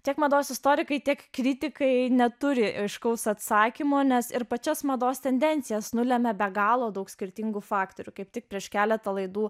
tiek mados istorikai tiek kritikai neturi aiškaus atsakymo nes ir pačias mados tendencijas nulemia be galo daug skirtingų faktorių kaip tik prieš keletą laidų